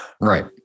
Right